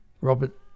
Robert